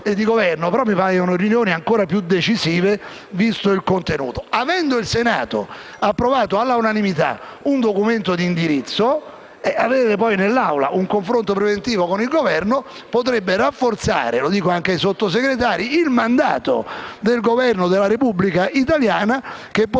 però mi paiono riunioni ancora più decisive, visto il contenuto. Avendo il Senato approvato all'unanimità un documento di indirizzo, avere poi in Aula un confronto preventivo con il Governo potrebbe rafforzare - lo dico anche ai Sottosegretari - il mandato del Governo della Repubblica italiana, che potrebbe